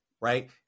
right